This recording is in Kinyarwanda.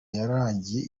yararangiye